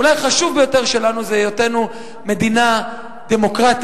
אולי החשוב ביותר שלנו: היותנו מדינה דמוקרטית,